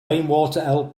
rainwater